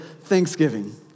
Thanksgiving